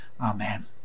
Amen